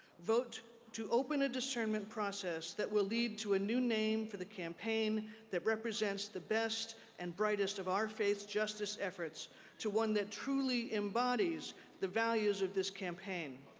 vote to open a discernment process that will lead to a new name for the campaign that represents the best and brightest of our faith faith's justice efforts to one that truly embodies the values of this campaign.